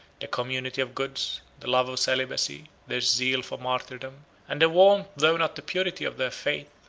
the community of goods, the love of celibacy, their zeal for martyrdom, and the warmth though not the purity of their faith,